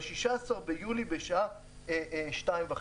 ב-16 ביולי בשעה שתיים וחצי.